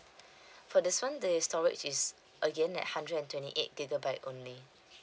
for this [one] the storage is again at hundred and twenty eight gigabyte only